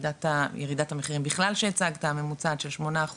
ירידת המחירים בכלל שהצגת ממוצעת שלך 8%,